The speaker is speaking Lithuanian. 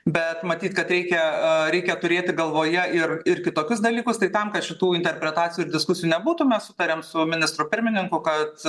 bet matyt kad reikia a reikia turėti galvoje ir ir kitokius dalykus tai tam kad šitų interpretacijų ir diskusijų nebūtų mes sutarėm su ministru pirmininku kad